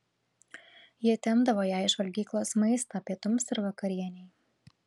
jie tempdavo jai iš valgyklos maistą pietums ir vakarienei